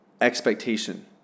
expectation